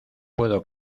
puedo